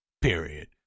period